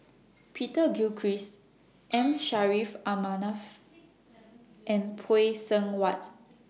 Peter Gilchrist M Saffri A Manaf and Phay Seng Whatt